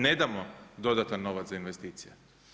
Ne damo dodatni novac za investicije.